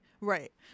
Right